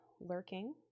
lurking